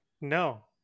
no